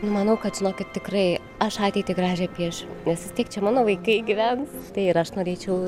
nu manau kad žinokit tikrai aš ateitį gražią piešiu nes vis tiek čia mano vaikai gyvens tai ir aš norėčiau